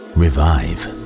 revive